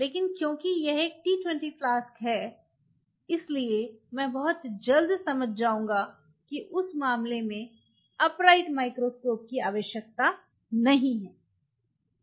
लेकिन क्योंकि यह एक T20 फ्लास्क है इसलिए मैं बहुत जल्द समझ जाऊंगा कि उस मामले में अपराइट माइक्रोस्कोप की आवश्यकता नहीं है